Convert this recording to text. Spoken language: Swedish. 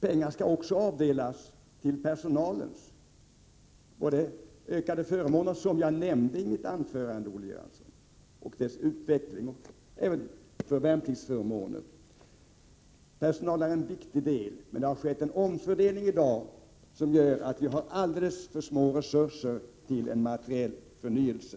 Pengar skall avdelas också till den fast anställda personalen, och till ökade värnpliktsförmåner, som jag nämnde i mitt anförande, Olle Göransson. Personalen är en viktig faktor, men den omfördelning som skett gör att vi har fått alldeles för små resurser till en materiell förnyelse.